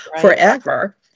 forever